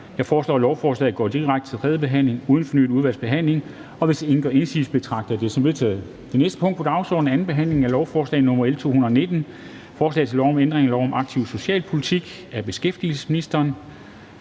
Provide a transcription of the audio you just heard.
Jeg foreslår, at lovforslaget går direkte tredje behandling uden fornyet udvalgsbehandling. Hvis ingen gør indsigelse, betragter jeg det som vedtaget. Det er vedtaget. --- Det næste punkt på dagsordenen er: 3) 2. behandling af lovforslag nr. L 219: Forslag til lov om ændring af lov om aktiv socialpolitik. (Yderligere